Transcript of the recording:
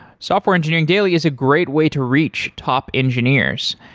software engineering daily is a great way to reach top engineers.